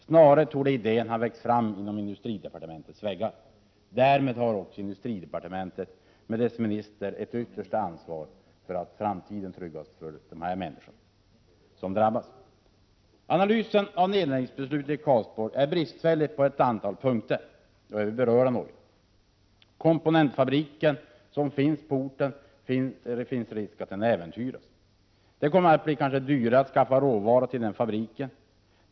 Snarare torde idén ha växt fram inom industridepartementets väggar. Därmed har också industridepartementet och dess minister ett yttersta ansvar för att framtiden tryggas för de människor som drabbas. Analysen i samband med beslutet om nedläggning i Karlsborg är bristfällig på ett antal punkter, och jag vill beröra några. Komponentfabriken på orten kan äventyras. Det kommer kanske att bli dyrare att skaffa råvaror till den fabriken.